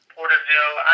Porterville